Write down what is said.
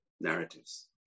narratives